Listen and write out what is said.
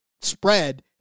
spread